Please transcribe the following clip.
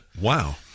Wow